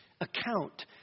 account